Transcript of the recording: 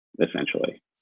essentially